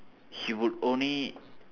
he would only